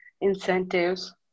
incentives